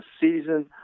season